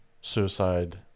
suicide